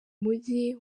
mujyi